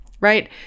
right